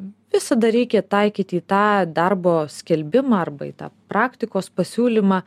visada reikia taikyti į tą darbo skelbimą arba į tą praktikos pasiūlymą